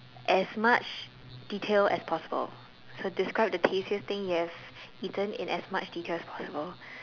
as much detail as possible so describe the tastiest thing you have eaten in as much detail as possible